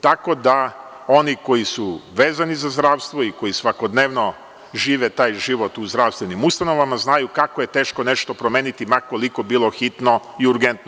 Tako da, oni koji su vezani za zdravstvo i koji svakodnevno žive taj život u zdravstvenim ustanovama znaju kako je teško nešto promeniti, ma koliko bilo hitno i urgentno.